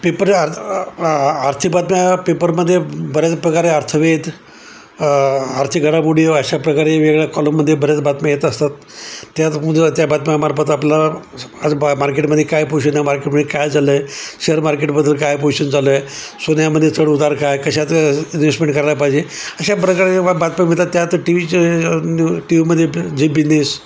paper आर् आर्थिक बातम्या पेपरमध्ये बऱ्याच प्रकारे अर्थवाद आर्थिक घडामोडी अशाप्रकारे वेगळ्या कॉलममध्ये बऱ्याच बातम्या येत असतात त्याचबरोबर त्या बातम्यामार्फत आपला बा मार्केटमध्ये काय पोजिशन मार्केटमध्ये काय झालं आहे शेअर मार्केटबद्दल काय पोजिशन चालू आहे सोन्यामध्ये चढ उतार काय कशाचं इन्वेस्टमेंट करायला पाहिजे अशा प्रकारे बातम्या मिळतात त्यात टी वीचे न्यू टी व्हीमध्ये जे बिजनेस